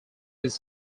his